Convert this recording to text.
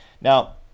Now